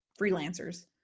freelancers